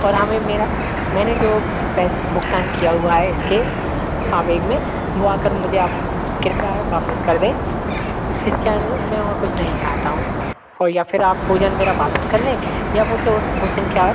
और हमें मेरा मैंने जो पैसे भुगतान किया हुआ है इसके आवेग में वो आकर मुझे आप कृपया वापस कर दें इसके मैं और कुछ नहीं चाहता हूँ और या फिर आप भोजन मेरा वापस कर लें या मुझे उस भोजन का